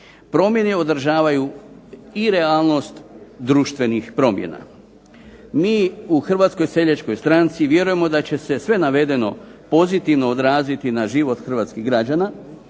Promjene odražavaju i realnost društvenih promjena. Mi u Hrvatskoj seljačkoj stranci vjerujemo da će se sve navedeno pozitivno odraziti na život hrvatskih građana,